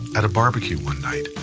at a barbecue one night,